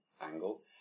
angle